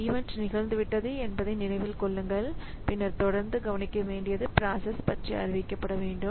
event நிகழ்ந்துவிட்டது என்பதை நினைவில் கொள்ளுங்கள் பின்னர் தொடர்ந்து கவனிக்க வேண்டியது பிராசஸ் பற்றி அறிவிக்கப்பட வேண்டும்